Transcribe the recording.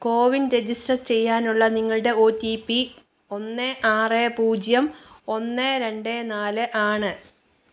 CoWIN register ചെയ്യാനുള്ള നിങ്ങളുടെ O T P ഒന്ന് ആറ് പൂജ്യം ഒന്ന് രണ്ട് നാല് ആണ്